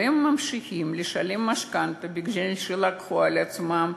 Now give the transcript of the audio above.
והם ממשיכים לשלם משכנתה שלקחו על עצמם,